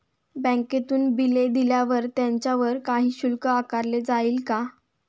बँकेतून बिले दिल्यावर त्याच्यावर काही शुल्क आकारले जाईल का?